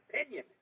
opinion